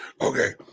Okay